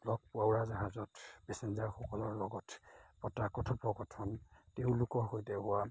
লগ পোৱা উৰাজাহাজত পেছেঞ্জাৰসকলৰ লগত পতা কথোপকথন তেওঁলোকৰ সৈতে